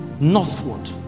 northward